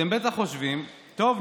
אתם בטח חושבים: טוב,